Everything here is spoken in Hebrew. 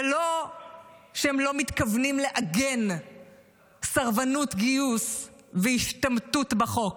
זה לא שהם לא מתכוונים לעגן סרבנות גיוס והשתמטות בחוק.